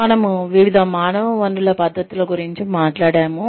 మనము వివిధ మానవ వనరుల పద్ధతుల గురించి మాట్లాడాము